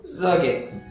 Okay